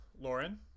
Lauren